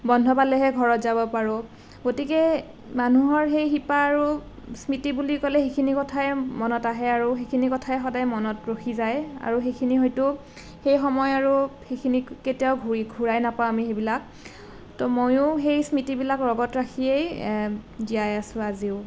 বন্ধ পালেহে ঘৰত যাব পাৰোঁ গতিকে মানুহৰ সেই শিপা আৰু স্মৃতি বুলি ক'লে সেইখিনি কথাই মনত আহে আৰু সেইখিনি কথাই সদায় মনত ৰখি যায় আৰু সেইখিনি হয়তো সেই সময় আৰু সেইখিনি কেতিয়াও ঘূৰি ঘূৰাই নাপাওঁ আমি সেইবিলাক তো ময়ো সেই স্মৃতিবিলাক লগত ৰাখিয়ে জীয়াই আছোঁ আজিও